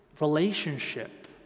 relationship